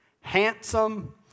handsome